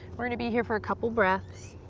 we're gonna be here for a couple breaths,